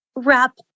Wrap